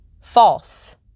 false